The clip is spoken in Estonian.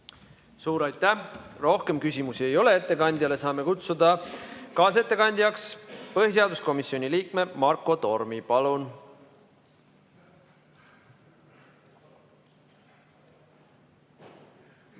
Suur aitäh! Rohkem küsimusi ettekandjale ei ole. Saame kutsuda kaasettekandjaks põhiseaduskomisjoni liikme Marko Tormi. Palun!